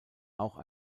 auch